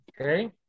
Okay